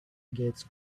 gets